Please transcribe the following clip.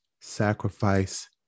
sacrifice